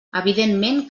evidentment